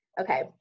Okay